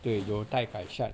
对有待改善